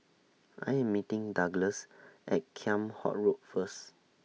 I Am meeting Douglass At Kheam Hock Road First